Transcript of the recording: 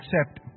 accept